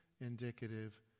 indicative